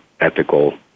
ethical